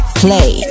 play